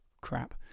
crap